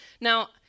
Now